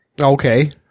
Okay